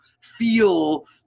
feel